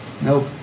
Nope